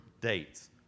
Dates